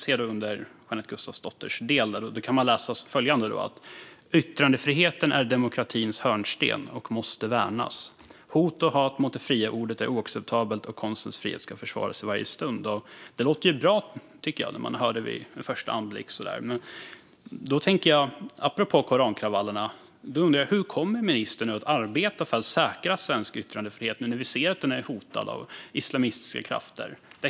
På Jeanette Gustafsdotters sida kan man läsa följande: "Yttrandefriheten är demokratins hörnsten och måste värnas. Hot och hat mot det fria ordet är oacceptabelt och konstens frihet ska försvaras i varje stund." Det låter ju bra, tycker jag. Men jag undrar, apropå korankravallerna: Hur kommer ministern nu att arbeta för att säkra svensk yttrandefrihet när vi ser att den är hotad av islamistiska krafter?